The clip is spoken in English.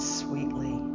sweetly